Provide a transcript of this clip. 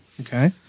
Okay